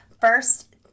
first